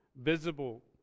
visible